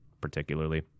particularly